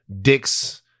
dicks